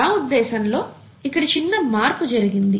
నా ఉద్దేశం లో ఇక్కడ చిన్న మార్పు జరిగింది